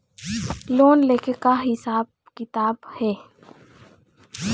Loan ले के का हिसाब किताब हे?